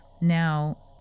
Now